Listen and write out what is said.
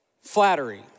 flattery